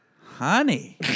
honey